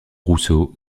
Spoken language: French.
rousseau